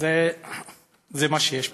אז זה מה שיש פה.